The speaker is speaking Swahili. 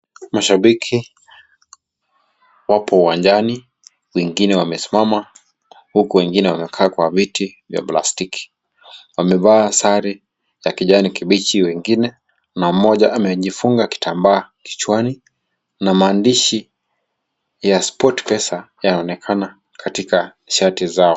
Mashabiki wapo uwanjani wengine wamesimama huku wengine wamekaa kwa viti vya plastiki wamevaa sare za kijani kibichi wengine na moja amejifunga kitambaa kichwani na maandishi ya Sport pesa yaonekana katika shati zao.